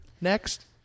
Next